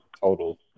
total